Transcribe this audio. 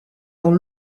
dans